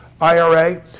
IRA